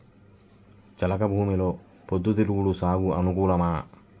చెలక భూమిలో పొద్దు తిరుగుడు సాగుకు అనుకూలమా?